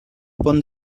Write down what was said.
pont